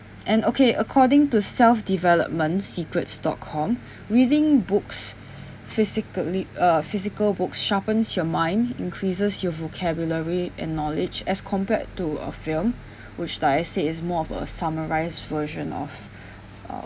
and okay according to self development secret stockholm reading books physically uh physical books sharpens your mind increases your vocabulary and knowledge as compared to a film which like I said is more of a summarised version of um